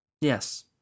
Yes